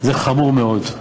זה חמור מאוד,